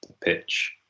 pitch